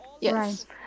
Yes